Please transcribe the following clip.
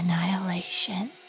annihilation